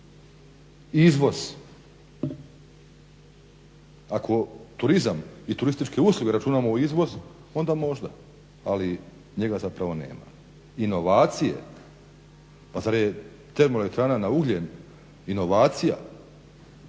Izvoz, ako turizam i turističke usluge računamo u izvoz onda možda ali njega zapravo nema. Inovacije, pa zar je TE na ugljen inovacija.